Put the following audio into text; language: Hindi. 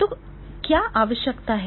तो क्या आवश्यकता है